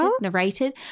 narrated